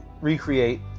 recreate